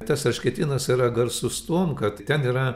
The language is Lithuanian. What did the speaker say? tas erškėtynas yra garsus tuom kad ten yra